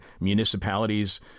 municipalities